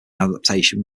adaptation